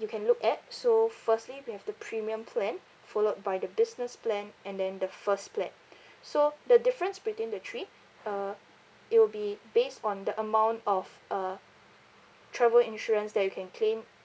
you can look at so firstly we have the premium plan followed by the business plan and then the first plan so the difference between the three uh it will be based on the amount of uh travel insurance that you can claim